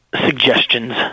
suggestions